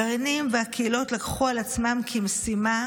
הגרעינים והקהילות לקחו על עצמם כמשימה